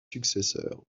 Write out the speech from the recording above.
successeurs